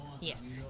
Yes